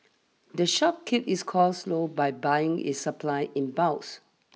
the shop keeps its costs low by buying its supplies in bulks